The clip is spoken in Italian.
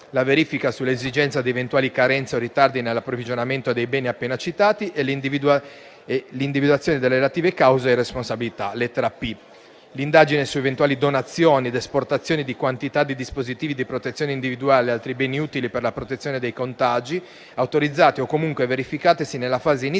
la verifica sull'esistenza di eventuali carenze o ritardi nell'approvvigionamento dei beni appena citati e l'individuazione delle relative cause e responsabilità (lettera *p*); l'indagine su eventuali donazioni ed esportazioni di quantità di dispositivi di protezione individuale e altri beni utili per la protezione dai contagi, autorizzate o comunque verificatesi nella fase iniziale